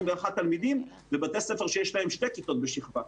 תלמידים ובתי ספר שיש להם 2 כיתות בשכבה.